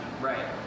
Right